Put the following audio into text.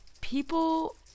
people